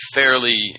fairly